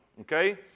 Okay